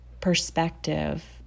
perspective